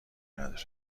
نداره